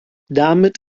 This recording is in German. damit